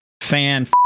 Fan